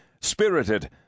spirited